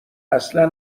اصلا